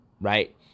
right